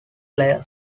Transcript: claire